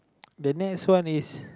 the next one is